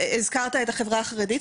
הזכרת את החברה החרדית,